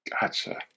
Gotcha